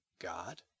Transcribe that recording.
God